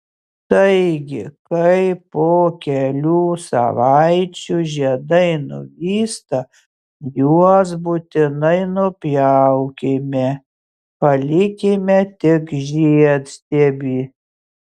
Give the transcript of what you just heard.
taigi kai po kelių savaičių žiedai nuvysta juos būtinai nupjaukime palikime tik žiedstiebį